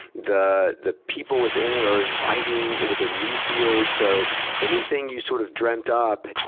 the the people within it are inviting, it was a new field, so anything you, sort of, dreamt up